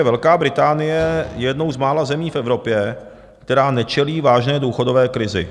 Velká Británie je jednou z mála zemí v Evropě, která nečelí vážné důchodové krizi.